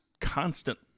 constant